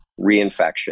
reinfection